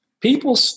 People